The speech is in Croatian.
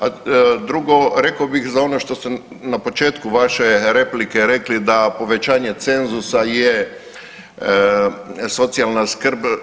A drugo, rekao bih za ono što sam na početku vaše replike rekli da povećanje cenzusa je socijalna skrb.